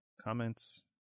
comments